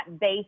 base